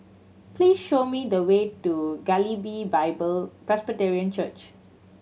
please show me the way to Galilee Bible Presbyterian Church